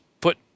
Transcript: put